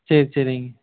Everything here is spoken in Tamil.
சரி சரிங்க